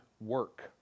work